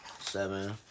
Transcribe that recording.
Seven